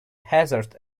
hazard